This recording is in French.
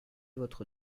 votre